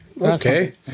okay